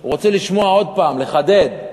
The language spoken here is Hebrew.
הוא רוצה לשמוע שוב, לחדד.